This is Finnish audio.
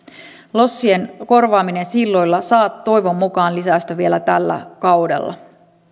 lossien korvaaminen silloilla saa toivon mukaan lisäystä vielä tällä kaudella